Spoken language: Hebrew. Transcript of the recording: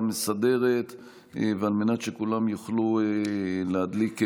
המסדרת ועל מנת שכולם יוכלו להדליק נרות.